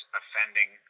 offending